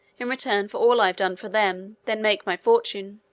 in return for all i have done for them, than make my fortune.